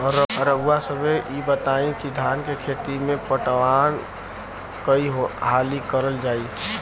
रउवा सभे इ बताईं की धान के खेती में पटवान कई हाली करल जाई?